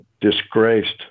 disgraced